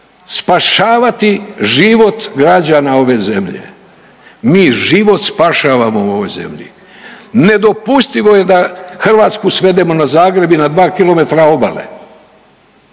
spašavati život građana ove zemlje. Mi život spašavamo u ovoj zemlji. Nedopustivo je da Hrvatsku svedemo na Zagreb i na dva kilometra obale.